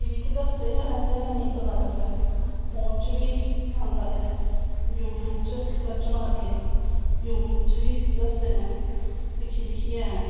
T V दसदे गै रैंह्दे नै नेंई पता लग्गै ते फोन च बी आंदा ऐ यूटयूब च सर्च मारी लेआ यूटयूब च बी दसदे नै दिक्खियै दिक्खियै